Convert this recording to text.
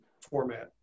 format